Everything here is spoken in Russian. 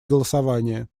голосования